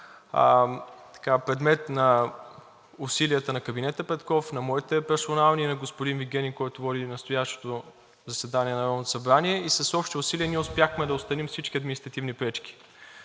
предмет на усилията на кабинета Петков, на моите персонални и на господин Вигенин, който води настоящото заседание на Народното събрание, и с общи усилия ние успяхме да отстраним всички административни пречки.